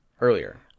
earlier